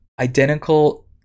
identical